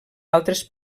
altres